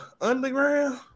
underground